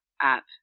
app